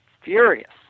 furious